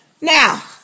now